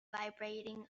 vibrating